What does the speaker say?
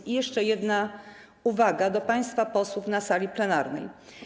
I jeszcze jedna uwaga do państwa posłów na sali plenarnej.